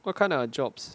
what kind of jobs